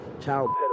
child